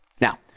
Now